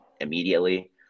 immediately